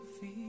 feel